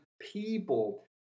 people